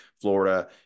Florida